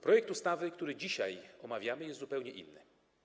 Projekt ustawy, który dzisiaj omawiamy, jest zupełnie inny.